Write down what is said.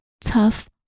tough